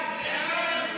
המראות קורעי